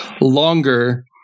longer